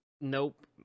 nope